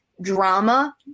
drama